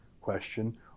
question